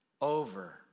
Over